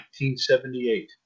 1978